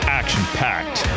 action-packed